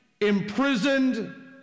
imprisoned